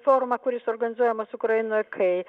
forumą kuris organizuojamas ukrainoj kai